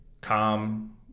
Calm